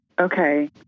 Okay